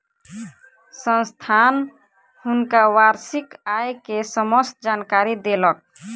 संस्थान हुनका वार्षिक आय के समस्त जानकारी देलक